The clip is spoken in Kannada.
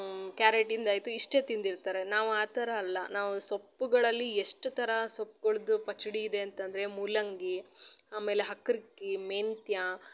ಕ್ಯಾರೇಟಿಂದು ಆಯಿತು ಇಷ್ಟೇ ತಿಂದು ಇರ್ತಾರೆ ನಾವು ಆ ಥರ ಅಲ್ಲ ನಾವು ಸೊಪ್ಪುಗಳಲ್ಲಿ ಎಷ್ಟು ಥರ ಸೊಪ್ಗಳ್ದು ಪಚ್ಚಡಿ ಇದೆ ಅಂತ ಅಂದರೆ ಮೂಲಂಗಿ ಆಮೇಲೆ ಹಕ್ರಕ್ಕಿ ಮೆಂತ್ಯ